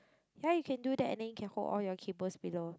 ya you can do that and then you can hold all your cables below